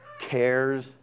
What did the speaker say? cares